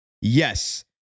Yes